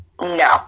No